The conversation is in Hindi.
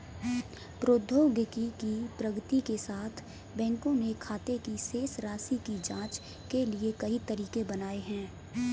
प्रौद्योगिकी की प्रगति के साथ, बैंकों ने खाते की शेष राशि की जांच के लिए कई तरीके बनाए है